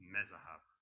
Mezahab